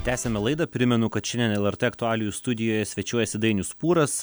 tęsiame laidą primenu kad šiandien lrt aktualijų studijoje svečiuojasi dainius pūras